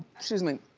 excuse me,